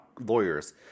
lawyers